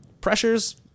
Pressures